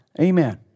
Amen